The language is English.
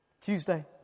Tuesday